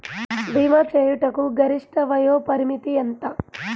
భీమా చేయుటకు గరిష్ట వయోపరిమితి ఎంత?